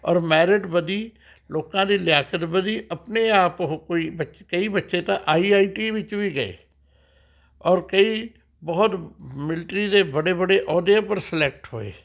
ਔਰ ਮੈਰਿਟ ਵਧੀ ਲੋਕਾਂ ਦੀ ਲਿਆਕਤ ਵਧੀ ਆਪਣੇ ਆਪ ਉਹ ਕੋਈ ਬਚ ਕਈ ਬੱਚੇ ਤਾਂ ਆਈ ਆਈ ਟੀ ਵਿੱਚ ਵੀ ਗਏ ਔਰ ਕਈ ਬਹੁਤ ਮਿਲਟਰੀ ਦੇ ਬੜੇ ਬੜੇ ਅਹੁਦੇ ਪਰ ਸਿਲੈਕਟ ਹੋਏ